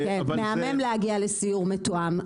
מהמם להגיע לסיור מתואם,